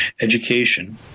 education